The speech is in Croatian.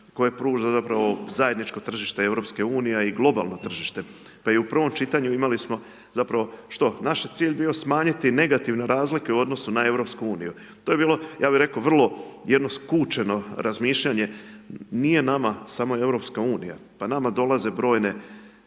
koje pruža zajedničko tržište EU, a i globalno tržište pa i u pravom čitanju imali smo, zapravo što? Naš je cilj bio smanjiti negativne razlike u odnosu na EU, to je bilo, ja bi rekao, vrlo jedno skučeno razmišljanje, nije nama samo EU, pa nama dolaze brojene